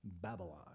Babylon